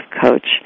coach